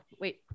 wait